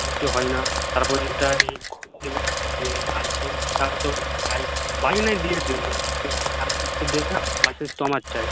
হয় না তারপরে এটা এই লাইসেন্স ছাড়া তো বাইক বাইক নয় দিয়ে দিল কিন্তু লাইসেন্স তো দেবে না লাইসেন্স তো আমার চাই